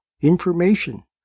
information